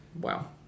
Wow